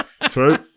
True